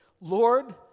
Lord